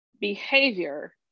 behavior